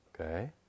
Okay